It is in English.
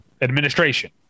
administration